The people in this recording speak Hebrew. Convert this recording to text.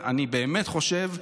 אני באמת חושב,